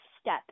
step